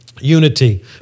Unity